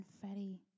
Confetti